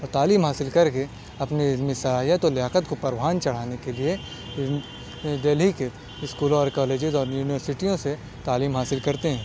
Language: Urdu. اور تعلیم حاصل کر کے اپنی علمی صلاحیت اور لیاقت کو پروان چڑھانے کے لیے دہلی کے اسکولوں اور کالجز اور یونیورسٹیوں سے تعلیم حاصل کرتے ہیں